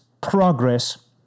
progress